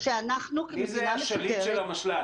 שאנחנו כמדינה מסודרת --- מי זה השליט של המשל"ט?